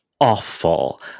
awful